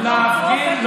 זה לא עובד ככה.